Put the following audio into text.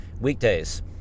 weekdays